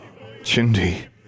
Chindi